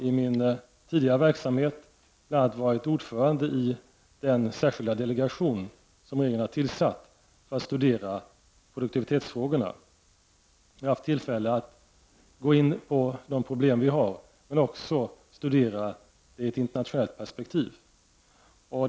I min tidigare verksamhet har jag bl.a. varit ordförande i den särskilda delegation som ju regeringen har tillsatt för att studera produktivitetsfrågorna. Jag har haft tillfälle att gå in på de problem vi har, men också att studera detta i ett internationellt perspektiv.